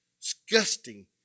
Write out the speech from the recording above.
disgusting